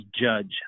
judge